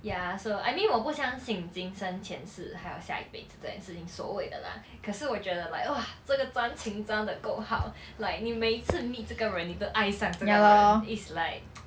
ya so I mean 我不相信今生前世还要下一辈子这件事情所谓的啦可是我觉得 like !wah! 这个专情专的够好 like 你每次: ni mei ci meet 这个人你都爱上这个人 is like